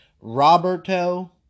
Roberto